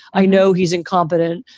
i know he's incompetent.